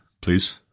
please